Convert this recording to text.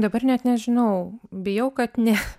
dabar net nežinau bijau kad ne